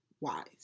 wise